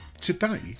Today